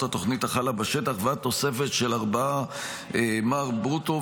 התוכנית החלה בשטח ועד תוספת של 4 מ"ר ברוטו,